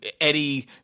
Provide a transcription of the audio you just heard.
eddie